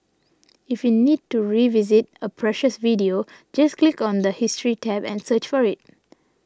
if you need to revisit a previous video just click on the history tab and search for it